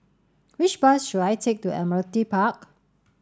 which bus should I take to Admiralty Park